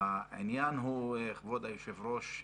העניין הוא, כבוד היושב-ראש,